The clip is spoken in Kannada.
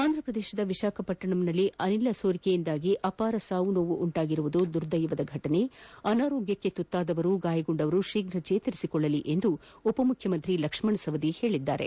ಆಂಧ್ರಪ್ರದೇಶದ ವಿಶಾಖಪಟ್ಟಣಂನಲ್ಲಿ ಅನಿಲ ಸೋರಿಕೆಯಿಂದ ಅಪಾರ ಸಾವು ನೋವು ಉಂಟಾಗಿರುವುದು ದುರ್ದೈವ ಫಟನೆ ಅನಾರೋಗ್ಲಕ್ಷೆ ತುತ್ತಾದವರು ಗಾಯಗೊಂಡವರು ಶೀಪ್ರ ಚೇತರಿಸಿಕೊಳ್ಳಲಿ ಎಂದು ಉಪಮುಖ್ಯಮಂತ್ರಿ ಲಕ್ಷಣ ಸವದಿ ಹೇಳಿದ್ದಾರೆ